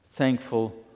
Thankful